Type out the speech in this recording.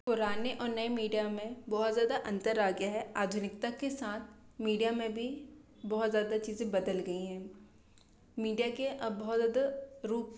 पुराने और नए मीडिया में बहुत ज़्यादा अंतर आ गया हैं आधुनिकता के साथ मीडिया में भी बहुत ज़्यादा चीज़ें बदल गई हैं मीडिया के अब बहुत ज़्यादा रूप